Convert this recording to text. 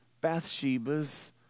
Bathsheba's